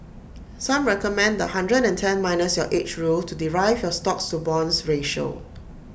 some recommend the hundred and ten minus your age rule to derive your stocks to bonds ratio